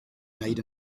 wneud